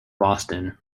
boston